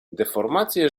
deformacje